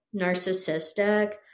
narcissistic